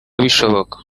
bishiboka